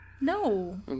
No